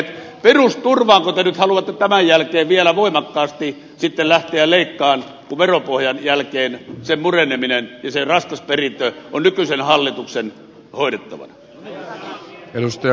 perusturvaako te nyt haluatte tämän jälkeen vielä voimakkaasti lähteä leikkaamaan kun veropohjan mureneminen ja sen raskas perintö on nykyisen hallituksen hoidettavana